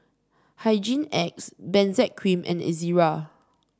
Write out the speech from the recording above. Hygin X Benzac Cream and Ezerra